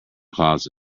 closet